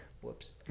whoops